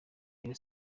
rayon